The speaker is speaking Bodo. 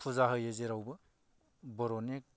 फुजा होयो जेराव बर'नि